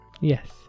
Yes